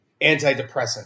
antidepressant